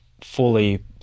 fully